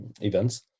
events